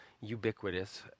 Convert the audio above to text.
ubiquitous